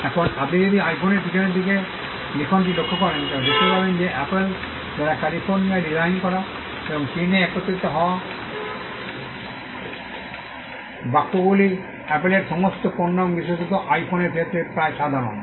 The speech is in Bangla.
এখন আপনি যদি আইফোনের পিছনের লিখনটি লক্ষ্য করেন তবে দেখতে পাবেন যে অ্যাপল দ্বারা ক্যালিফোর্নিয়ায় ডিজাইন করা এবং চীনে একত্রিত হওয়া বাক্যগুলি অ্যাপলের সমস্ত পণ্য এবং বিশেষত আইফোনের ক্ষেত্রে প্রায় সাধারণ